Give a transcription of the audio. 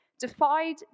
defied